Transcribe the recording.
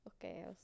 Okay